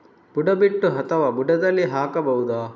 ಬುಡ ಬಿಟ್ಟು ಅಥವಾ ಬುಡದಲ್ಲಿ ಹಾಕಬಹುದಾ?